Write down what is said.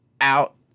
Out